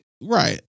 Right